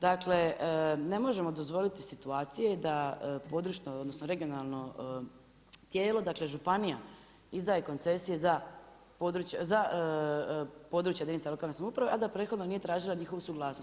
Dakle, ne možemo dozvoliti situacije, pa područno odnosno regionalno tijelo, dakle županija izdaje koncesije za područja jedinica lokalne samouprave, a da prethodno nije tražila njihovu suglasnost.